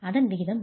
அதன் விகிதம் 27